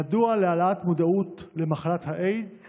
מדוע להעלאת מודעות למחלת האיידס